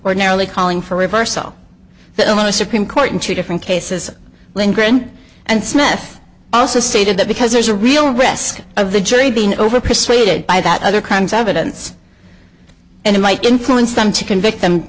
ordinarily calling for reversal that in a supreme court in two different cases lindgren and smith also stated that because there's a real risk of the jury being overpersuaded by that other kinds of evidence and it might influence them to convict them